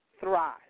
thrive